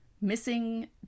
missing